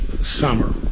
summer